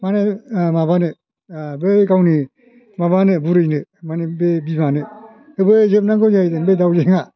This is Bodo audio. माने माबानो बे गावनि माबानो बुरैनो माने बे बिमानो होफैजोबनांगौ जाहैदों बे दावजेंआ